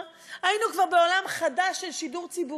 היינו כבר בעולם חדש של שידור ציבורי,